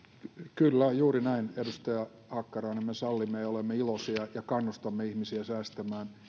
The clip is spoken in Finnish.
kyllä juuri näin edustaja hakkarainen me sallimme ja olemme iloisia ja kannustamme ihmisiä säästämään